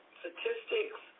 statistics